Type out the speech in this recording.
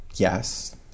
Yes